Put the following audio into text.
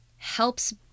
helps